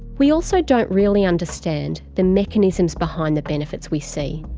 we also don't really understand the mechanisms behind the benefits we see.